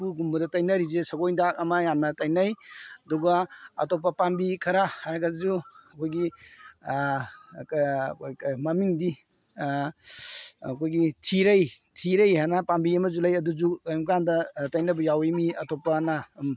ꯈꯨꯎꯒꯨꯝꯕꯗ ꯇꯩꯅꯔꯤꯁꯦ ꯁꯒꯣꯜ ꯍꯤꯗꯥꯛ ꯑꯃ ꯌꯥꯝꯅ ꯇꯩꯅꯩ ꯑꯗꯨꯒ ꯑꯇꯣꯞꯄ ꯄꯥꯝꯕꯤ ꯈꯔ ꯍꯥꯏꯔꯁꯨ ꯑꯩꯈꯣꯏꯒꯤ ꯃꯃꯤꯡꯗꯤ ꯑꯩꯈꯣꯏꯒꯤ ꯊꯤꯔꯩ ꯊꯤꯔꯩ ꯍꯥꯏꯅ ꯄꯥꯝꯕꯤ ꯑꯃꯁꯨ ꯂꯩ ꯑꯗꯨꯁꯨ ꯀꯩꯒꯨꯝ ꯀꯥꯟꯗ ꯇꯩꯅꯕ ꯌꯥꯎꯏ ꯃꯤ ꯑꯇꯣꯞꯄꯅ